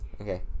Okay